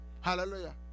Hallelujah